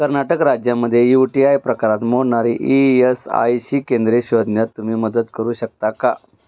कर्नाटक राज्यामध्ये U T I प्रकारात मोडणारी ई एस आय सी केंद्रे शोधण्यात तुम्ही मदत करू शकता का